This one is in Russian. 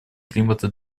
климата